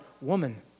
woman